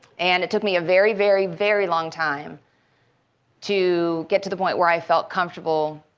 and it took me a very, very, very long time to get to the point where i felt comfortable